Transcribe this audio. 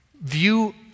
View